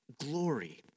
Glory